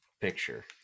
picture